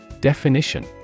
Definition